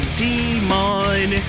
demon